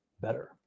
better